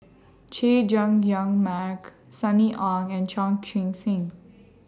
Chay Jung Jun Mark Sunny Ang and Chan Chun Sing